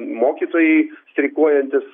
mokytojai streikuojantys